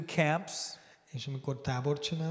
camps